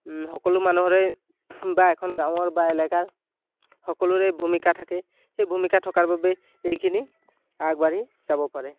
সকলো মানুহৰে বা এখন গাঁৱৰ বা এলেকাৰ সকলোৰে ভূমিকা থাকে সেই ভূমিকা থকাৰ বাবে এইখিনি আগবাঢ়ি যাব পাৰে